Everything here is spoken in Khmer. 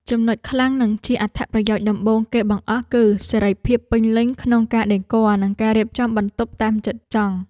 ចំណុចខ្លាំងនិងជាអត្ថប្រយោជន៍ដំបូងគេបង្អស់គឺសេរីភាពពេញលេញក្នុងការដេគ័រនិងការរៀបចំបន្ទប់តាមចិត្តចង់។